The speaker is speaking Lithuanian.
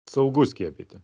saugu skiepyti